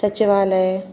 सचिवालय